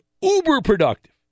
uber-productive